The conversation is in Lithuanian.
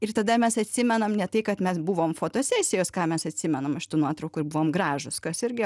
ir tada mes atsimenam ne tai kad mes buvom fotosesijos ką mes atsimenam iš tų nuotraukų ir buvom gražūs kas irgi